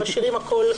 ומשאירים הכול,